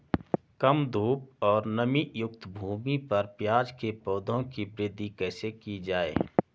कम धूप और नमीयुक्त भूमि पर प्याज़ के पौधों की वृद्धि कैसे की जाए?